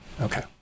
okay